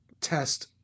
test